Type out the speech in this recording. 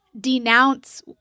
denounce